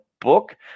book